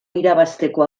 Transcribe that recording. irabazteko